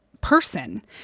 person